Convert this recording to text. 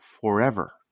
forever